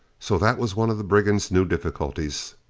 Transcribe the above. so that was one of the brigands' new difficulties!